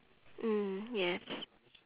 mm yes